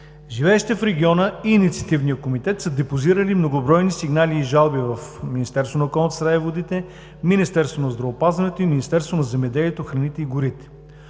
Живеещите в региона и Инициативния комитет са депозирали многобройни сигнали и жалби в Министерството на околната среда и водите (МОСВ), Министерството на здравеопазването и Министерството на земеделието, храните и горите.